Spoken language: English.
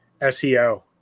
SEO